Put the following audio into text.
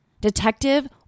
Detective